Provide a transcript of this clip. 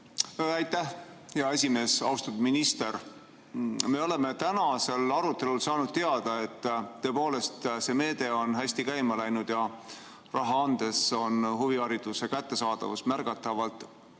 Aitäh, hea esimees! Austatud minister! Me oleme tänasel arutelul saanud teada, et tõepoolest see meede on hästi käima läinud ja raha andes on huvihariduse kättesaadavus märgatavalt